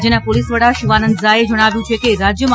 રાજ્યના પોલીસ વડા શિવાનંદ ઝાએ જણાવ્યું છે કે રાજ્યમાં